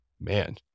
Man